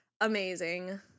amazing